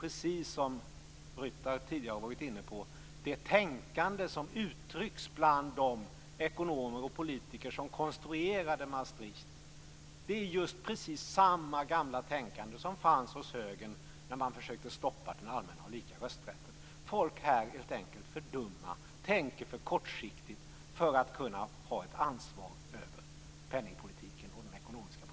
Precis som Ryttar tidigare har varit inne på är det tänkande som uttrycks bland de ekonomer och politiker som konstruerade Maastrichtfördraget just precis samma gamla tänkande som fanns hos högern när man försökte stoppa den allmänna och lika rösträtten, att folk helt enkelt är för dumma och tänker för kortsiktigt för att kunna ha ett ansvar för penningpolitiken och den ekonomiska politiken.